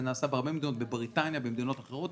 זה נעשה בהרבה מדינות בבריטניה ובמדינות אחרות.